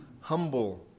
humble